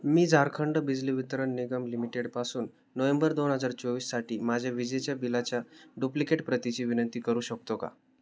मी झारखंड बिजली वितरण निगम लिमिटेडपासून नोहेंबर दोन हजार चोवीससाठी माझ्या विजेच्या बिलाच्या डुप्लिकेट प्रतीची विनंती करू शकतो का